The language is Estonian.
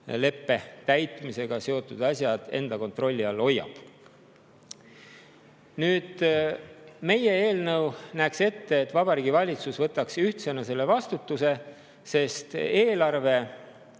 täitmisega seotud asjad enda kontrolli all hoiab. Meie eelnõu näeb ette, et Vabariigi Valitsus võtaks ühtsena selle vastutuse, sest eelarve